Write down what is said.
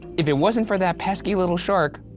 if it wasn't for that pesky little shark,